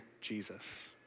Jesus